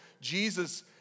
Jesus